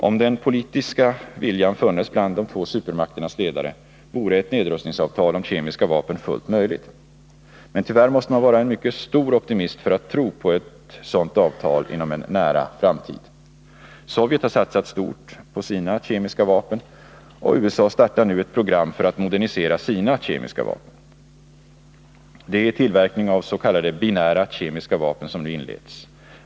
Om den politiska viljan funnes bland de två supermakternas ledare, vore ett nedrustningsavtal om kemiska vapen fullt möjligt. Men tyvärr måste man vara en mycket stor optimist för att tro på ett sådant avtal inom en nära framtid. Sovjet har satsat stort på sina kemiska vapen, och USA startar nu ett program för att modernisera sina kemiska vapen. Det är tillverkning av s.k. binära kemiska vapen som nu inleds.